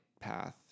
path